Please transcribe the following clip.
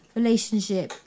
relationship